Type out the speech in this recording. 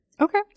Okay